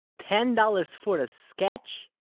ten dollars for a sketch?